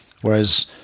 whereas